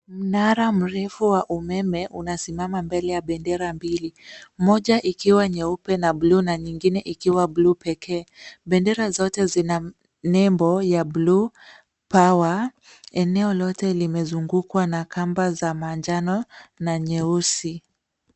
Mnara mrefu wa umeme unasimama mbele ya bendera mbili. Moja ikiwa nyeupe na bluu na nyingine ikiwa bluu pekee. Bendera zote zina nembo ya bluu pawa eneo lote limezungukwa na kamba za manjano na nyeusi.